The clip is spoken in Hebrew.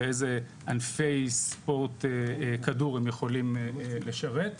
ואיזה ענפי ספורט כדור הם יכולים לשרת,